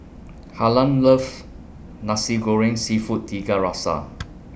Harlan loves Nasi Goreng Seafood Tiga Rasa